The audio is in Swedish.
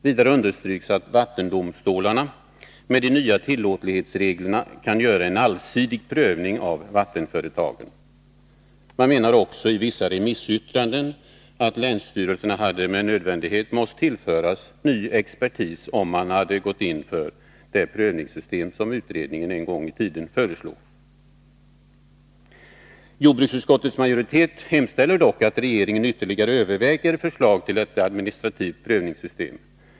Vidare understryks att vattendomstolarna med de nya tillåtlighetsreglerna kan göra enallsidig prövning av vattenföretagen. Vissa remissinstanser anser också att länsstyrelserna med nödvändighet hade måst tillföras ny expertis, om man hade gått in för det prövningssystem som utredningen en gång i tiden föreslog. Jordbruksutskottets majoritet hemställer att regeringen ytterligare överväger förslag till ett administrativt prövningssystem.